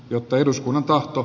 jotta eduskunnan tahto